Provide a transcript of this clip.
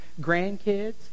grandkids